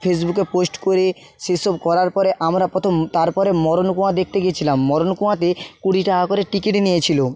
ফেসবুকে পোস্ট করে সেসব করার পরে আমরা প্রথম তারপরে মরণকুয়া দেখতে গিয়েছিলাম মরণকুয়াতে কুড়ি টাকা করে টিকিটই নিয়েছিলো